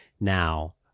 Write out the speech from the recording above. Now